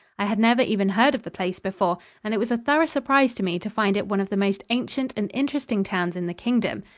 i had never even heard of the place before, and it was a thorough surprise to me to find it one of the most ancient and interesting towns in the kingdom.